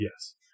Yes